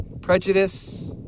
prejudice